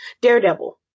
Daredevil